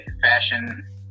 fashion